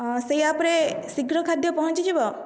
ସେଇ ଆପ୍ରେ ଶୀଘ୍ର ଖାଦ୍ୟ ପହଞ୍ଚିଯିବ